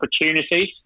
opportunities